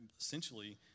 essentially